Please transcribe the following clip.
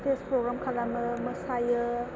stage programme खालामो मोसायो